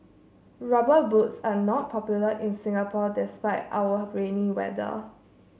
rubber boots are not popular in Singapore despite our rainy weather